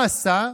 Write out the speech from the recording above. מה עשה?